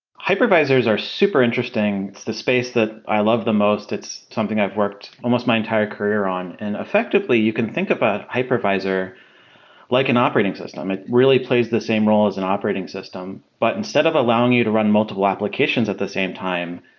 hypervisors are super interesting. it's the space that i love the most. it's something i've worked almost my entire career on, and effectively you can think about hypervisor like an operating system. it really plays the same role as an operating system, but instead of allowing you to run multiple applications at the same time,